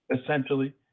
essentially